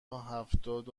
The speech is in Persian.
هفتاد